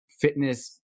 fitness